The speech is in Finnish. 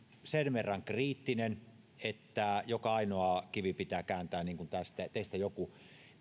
sen verran kriittinen että joka ainoa kivi pitää kääntää niin kuin teistä joku